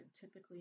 typically